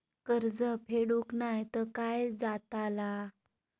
कर्ज फेडूक नाय तर काय जाताला?